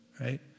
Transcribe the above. Right